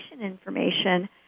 information